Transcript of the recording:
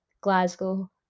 glasgow